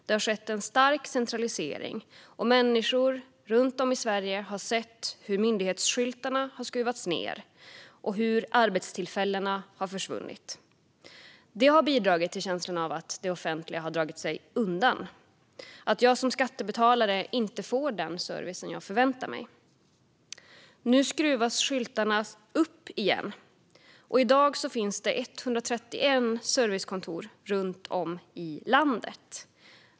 Det har skett en stark centralisering, och människor runt om i Sverige har sett att myndighetsskyltarna skruvats ned och att arbetstillfällena försvunnit. Det har bidragit till känslan av att det offentliga dragit sig undan och att jag som skattebetalare inte får den service som jag förväntar mig. Nu skruvas skyltarna upp igen. I dag finns det 131 servicekontor runt om i landet.